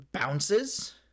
bounces